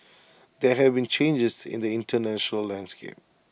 there have been changes in the International landscape